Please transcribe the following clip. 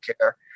care